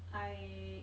I